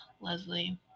Leslie